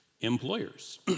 Employers